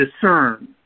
discern